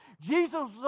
Jesus